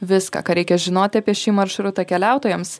viską ką reikia žinoti apie šį maršrutą keliautojams